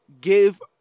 give